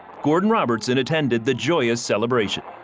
gordon robertson attended the joyous celebration.